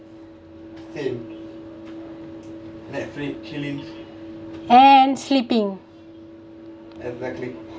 and sleeping